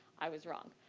i was wrong.